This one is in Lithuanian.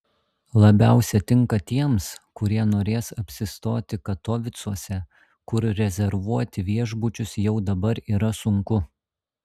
labiausia tinka tiems kurie norės apsistoti katovicuose kur rezervuoti viešbučius jau dabar yra sunku